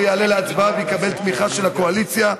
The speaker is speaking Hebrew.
זה יעלה להצבעה ויקבל תמיכה של הקואליציה.